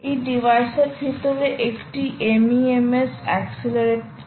এই ডিভাইস এর ভিতরে একটি MEMS অ্যাক্সিলরোমিটার রয়েছে